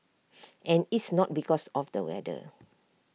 and it's not because of the weather